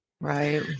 Right